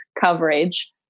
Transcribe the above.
coverage